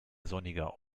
sonniger